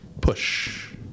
push